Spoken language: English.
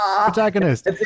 protagonist